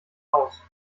aus